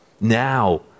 Now